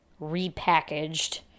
repackaged